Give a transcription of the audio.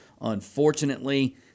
unfortunately